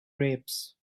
grapes